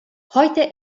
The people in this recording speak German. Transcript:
heute